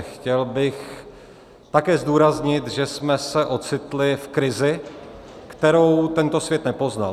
Chtěl bych také zdůraznit, že jsme se ocitli v krizi, kterou tento svět nepoznal.